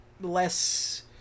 less